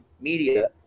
media